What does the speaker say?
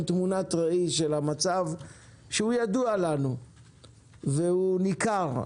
תמונת ראי של המצב שהוא ידוע לנו והוא ניכר,